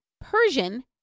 Persian